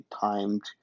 timed